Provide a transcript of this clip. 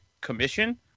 commission